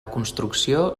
construcció